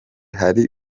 hari